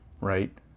right